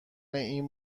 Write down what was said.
این